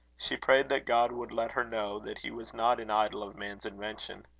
she prayed that god would let her know that he was not an idol of man's invention.